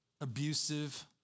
abusive